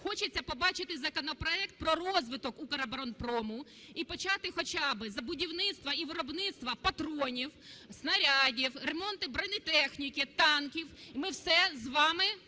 хочеться побачити законопроект про розвиток Укроборонпрому і почати хоча би з будівництва і виробництва патронів, снарядів, ремонти бронетехніки, танків. Ми все з вами